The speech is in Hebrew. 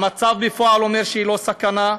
המצב בפועל אומר שהיא לא סכנה,